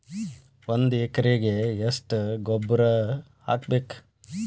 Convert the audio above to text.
ಒಂದ್ ಎಕರೆಗೆ ಎಷ್ಟ ಗೊಬ್ಬರ ಹಾಕ್ಬೇಕ್?